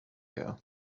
ago